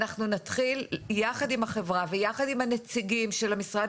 אנחנו נתחיל יחד עם החברה ויחד עם הנציגים של המשרד